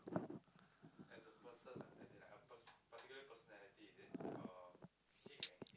S>